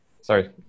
sorry